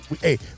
hey